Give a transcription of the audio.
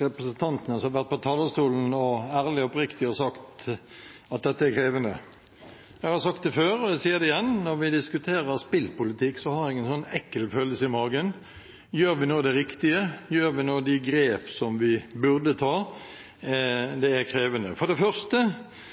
representantene som har vært på talerstolen og ærlig og oppriktig sagt at dette er krevende. Jeg har sagt det før, og jeg sier det igjen: Når vi diskuterer spillpolitikk, har jeg en ekkel følelse i magen. Gjør vi nå det riktige? Tar vi nå de grep vi burde ta? Det er krevende. For det første